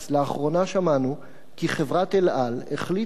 לאחרונה שמענו כי חברת "אל על" החליטה,